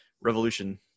Revolution